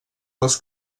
les